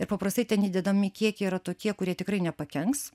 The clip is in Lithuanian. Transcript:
ir paprastai ten įdedami kiekiai yra tokie kurie tikrai nepakenks